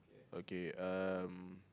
okay um